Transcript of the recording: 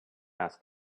asked